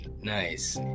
Nice